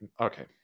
okay